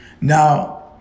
Now